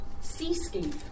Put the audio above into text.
Seascape